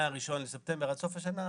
מה-1 בספטמבר עד סוף השנה,